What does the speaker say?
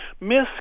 Miss